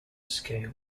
scale